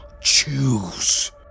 choose